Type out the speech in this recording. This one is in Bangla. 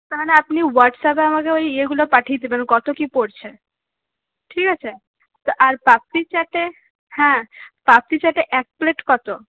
তার মানে আপনি ওয়াটস অ্যাপে আমাকে ওই ইয়েগুলো পাঠিয়ে দেবেন কত কি পড়ছে ঠিক আছে তা আর পাপড়ি চাটে হ্যাঁ পাপড়ি চাটে এক প্লেট কত